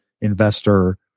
investor